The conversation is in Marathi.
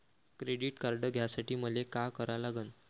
क्रेडिट कार्ड घ्यासाठी मले का करा लागन?